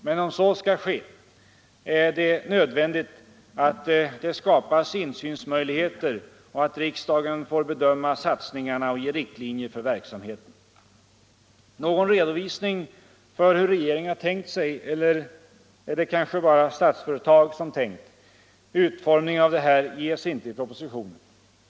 Men om så skall ske är det nödvändigt att det skapas insynsmöjligheter och att riksdagen får bedöma satsningarna och ge riktlinjer för verksamheten. Någon redovisning för hur regeringen har tänkt sig — eller är det kanske bara Statsföretag som tänkt — utformningen av det här ges inte i propositionen. Det här är viktiga saker.